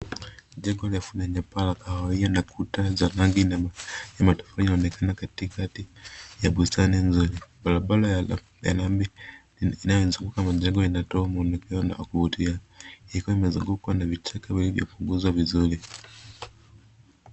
Jengo refu lenye paa la kahawia na kuta za rangi ya matofali inaonekana katikati ya bustani nzuri. Barabara ya lami inayozunguka majengo inatoa mwonekano wa kuvutia ikiwa imezungukwa na vichaka vilivo puguzwa vizuri.